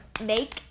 make